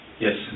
Yes